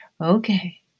Okay